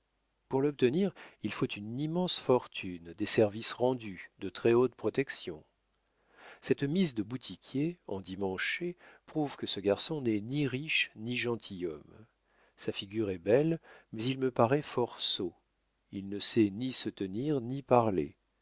pour l'obtenir il faut une immense fortune des services rendus de très hautes protections cette mise de boutiquier endimanché prouve que ce garçon n'est ni riche ni gentilhomme sa figure est belle mais il me paraît fort sot il ne sait ni se tenir ni parler